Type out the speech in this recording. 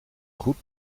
goed